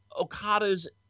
Okada's